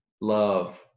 love